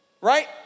Right